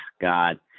god